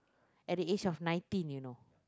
at the age of nineteen you know